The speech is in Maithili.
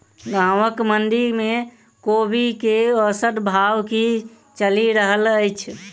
गाँवक मंडी मे कोबी केँ औसत भाव की चलि रहल अछि?